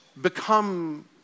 become